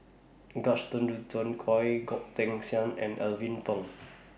Gaston Dutronquoy Goh Teck Sian and Alvin Pang